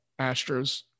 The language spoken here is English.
Astros